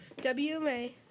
WMA